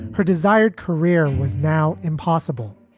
her desired career was now impossible.